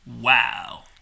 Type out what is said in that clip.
Wow